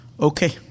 Okay